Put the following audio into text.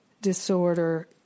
disorder